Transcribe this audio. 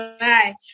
right